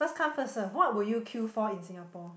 first come first served what would you queue for in Singapore